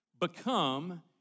become